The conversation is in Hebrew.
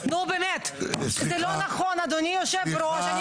זה לא נכון, אדוני היושב-ראש.